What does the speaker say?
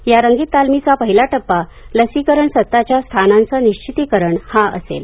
या रंगीत तालमीचा पहिला टप्पा लसीकरण सत्ताच्या स्थानाचं निश्चितीकरण हा असेल